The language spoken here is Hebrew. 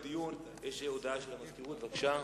הודעה של המזכירות, בבקשה.